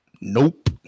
Nope